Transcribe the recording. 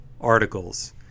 articles